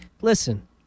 listen